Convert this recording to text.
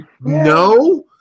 no